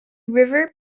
river